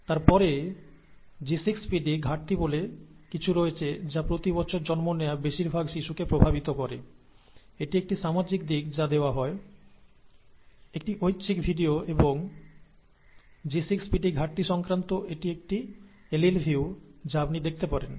তারপরে G6PD ঘাটতি বলে কিছু রয়েছে যা প্রতিবছর জন্ম নেওয়া বেশির ভাগ শিশুকে প্রভাবিত করে এটি একটি সামাজিক দিক যা দেওয়া হয় একটি ঐচ্ছিক ভিডিও এবং G6PD ঘাটতি সংক্রান্ত এটি একটি এলিল ভিউ যা আপনি দেখতে পারেন